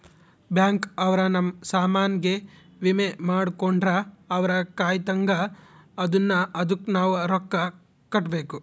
bank ಅವ್ರ ನಮ್ ಸಾಮನ್ ಗೆ ವಿಮೆ ಮಾಡ್ಕೊಂಡ್ರ ಅವ್ರ ಕಾಯ್ತ್ದಂಗ ಅದುನ್ನ ಅದುಕ್ ನವ ರೊಕ್ಕ ಕಟ್ಬೇಕು